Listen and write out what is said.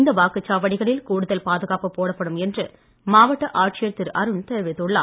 இந்த வாக்குச்சாவடிகளில் கூடுதல் பாதுகாப்பு போடப்படும் என்று மாவட்ட ஆட்சியர் திரு அருண் தெரிவித்துள்ளார்